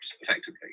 effectively